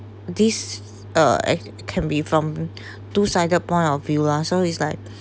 this uh act~ can be from two side point of view lah so it's like